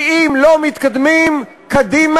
כי אם לא מתקדמים קדימה,